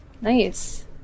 Nice